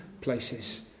places